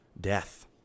death